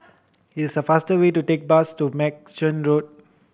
it's the faster way to take bus to Merchant Road